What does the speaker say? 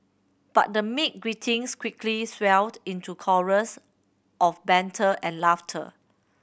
but the meek greetings quickly swelled into chorus of banter and laughter